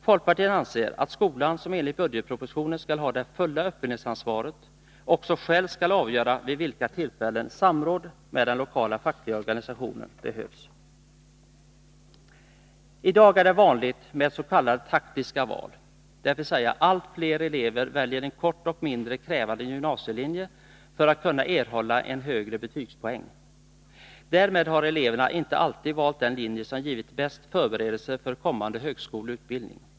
Folkpartiet anser att skolan, som enligt budgetpropositionen skall ha det fulla uppföljningsansvaret, också själv skall avgöra vid vilka tillfällen samråd med den lokala fackliga organisationen behövs. Herr talman! I dag är det vanligt med s.k. taktiska val, dvs. allt fler elever väljer en kort och mindre krävande gymnasielinje för att kunna erhålla en högre betygspoäng. Därmed har eleverna inte alltid valt den linje som givit den bästa förberedelsen för kommande högskoleutbildning.